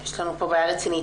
יש לנו כאן בעיה רצינית.